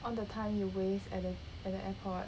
all the time your waste at the at the airport